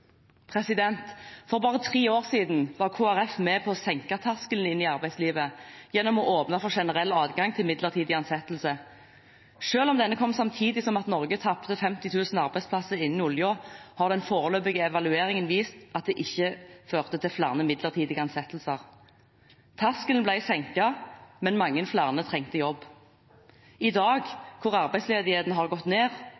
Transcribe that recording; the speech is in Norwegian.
For bare tre år siden var Kristelig Folkeparti med på å senke terskelen inn i arbeidslivet gjennom å åpne for generell adgang til midlertidige ansettelser. Selv om denne kom samtidig som at Norge tapte 50 000 arbeidsplasser innen oljen, har den foreløpige evalueringen vist at det ikke førte til flere midlertidige ansettelser. Terskelen ble senket, men mange flere trengte jobb. I